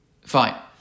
Fine